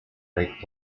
break